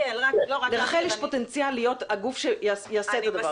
לרח"ל יש פוטנציאל להיות הגוף שיעשה את הדבר